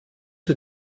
sie